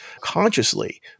consciously